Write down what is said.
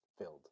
filled